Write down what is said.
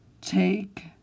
take